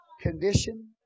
condition